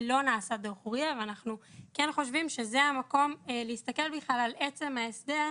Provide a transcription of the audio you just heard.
לא נעשה דוח RIA ואנחנו כן חושבים שזה המקום להסתכל על עצם ההסדר,